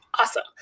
Awesome